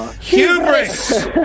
Hubris